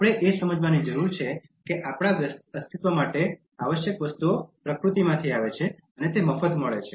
આપણે એ સમજવાની જરૂર છે કે આપણા અસ્તિત્વ માટે આવશ્યક વસ્તુઓ પ્રકૃતિમાંથી આવે છે અને તે મફત છે